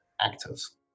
actors